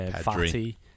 Fatty